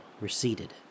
receded